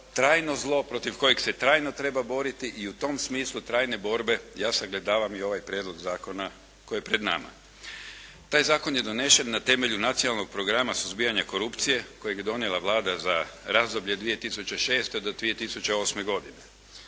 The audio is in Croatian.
trajno zlo protiv kojeg se trajno treba boriti i u tom smislu trajne borbe ja sagledavam i ovaj prijedlog zakona koji je pred nama. Taj zakon je donesen na temelju Nacionalnog programa suzbijanja korupcije kojeg je donijela Vlada za razdoblje 2006. do 2008. godine.